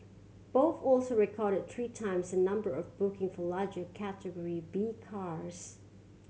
both also recorded three times the number of bookings for larger Category B cars